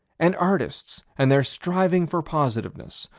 and artists and their striving for positiveness,